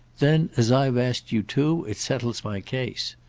then as i've asked you too it settles my case.